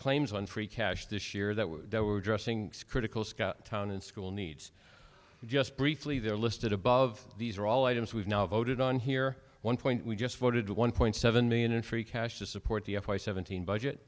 claims on free cash this year that there were dressing critical town and school needs just briefly there listed above these are all items we've now voted on here one point we just voted one point seven million in free cash to support the f y seventeen budget